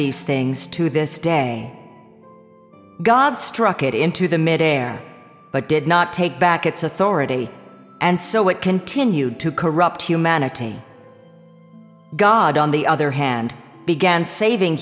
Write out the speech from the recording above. hese things to this day god struck it into the mid air but did not take back its authority and so it continued to corrupt humanity god on the other hand began saving